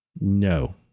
No